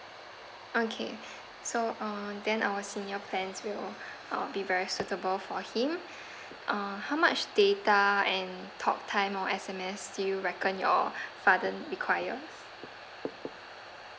okay so uh then our senior plans will uh be very suitable for him uh how much data and talk time or S_M_S do you reckon your father requires